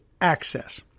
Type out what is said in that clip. access